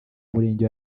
murenge